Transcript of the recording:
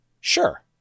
Sure